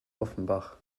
offenbach